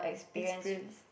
experience